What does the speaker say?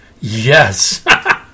Yes